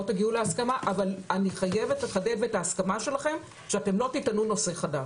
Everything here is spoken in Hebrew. תגיעו להסכמה אבל אני חייבת לקבל את ההסכמה שלכם שלא תטענו נושא חדש.